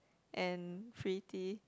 and pretty